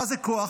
מה זה כוח?